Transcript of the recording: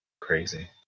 crazy